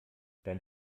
dein